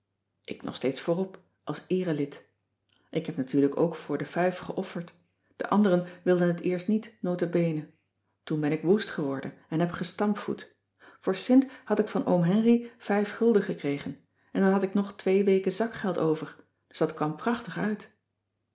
ik nog steeds voorop als eere lid ik heb natuurlijk ook voor de fuif geofferd de anderen wilden het eerst niet notabene toen ben ik woest geworden en heb gestampvoet voor sint had ik van oom henri vijf gulden gekregen en dan had ik nog twee weken zakgeld over dus dat kwam prachtig uit